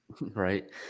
Right